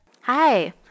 Hi